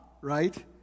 right